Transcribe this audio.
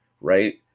right